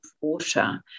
water